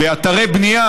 באתרי בנייה,